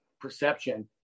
perception